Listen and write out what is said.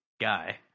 guy